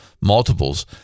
multiples